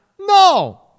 No